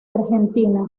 argentina